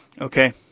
Okay